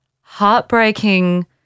heartbreaking